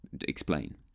explain